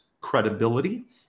credibility